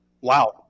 Wow